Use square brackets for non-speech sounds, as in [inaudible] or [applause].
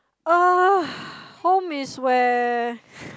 uh home is where [laughs]